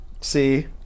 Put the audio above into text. See